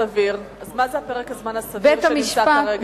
אז מה זה פרק הזמן הסביר שנמצא כרגע?